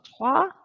trois